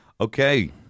Okay